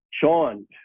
Sean